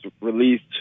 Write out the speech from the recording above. released